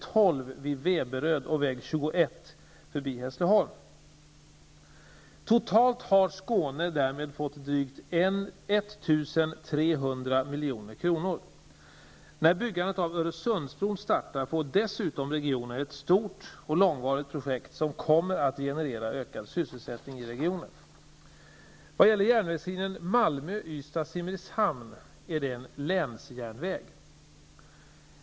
Totalt har Skåne därmed fått drygt 1 300 milj.kr. När byggandet av Öresundsbron startar får regionen dessutom ett stort och långvarigt projekt som kommer att generera ökad sysselsättning i regionen. Järnvägslinjen Malmö--Ystad--Simrishamn är en länsjärnväg.